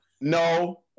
No